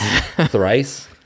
thrice